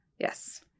Yes